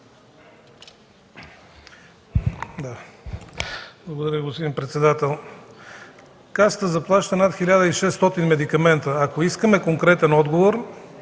Благодаря, господин председател. Касата заплаща над 1600 медикамента. Ако искаме конкретен отговор